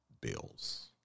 bills